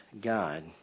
God